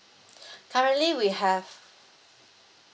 currently we have